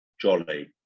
Jolly